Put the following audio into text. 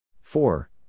four